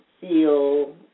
feel